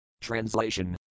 TRANSLATION